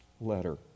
letter